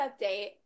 update